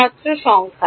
ছাত্র সংখ্যায়